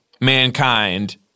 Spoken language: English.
Mankind